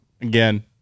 again